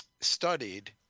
studied